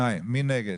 2. מי נגד?